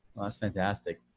that's fantastic.